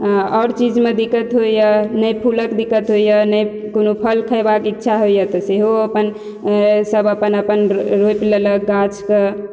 आओर चीजमे दिक्कत होइया नहि फूलक दिक्कत होइया नहि कोनो फल खेबाके इच्छा होइया तऽ सेहो अपन सब अपन अपन रोपि लेलक गाछके